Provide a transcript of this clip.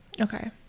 Okay